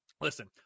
listen